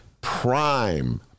prime